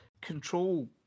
control